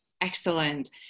excellent